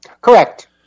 Correct